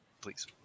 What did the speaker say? Please